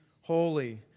holy